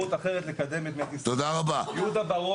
תודה רבה.